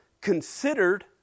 considered